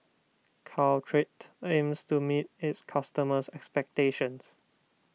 Caltrate aims to meet its customers' expectations